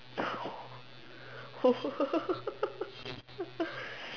oh